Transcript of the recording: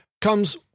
comes